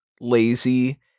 lazy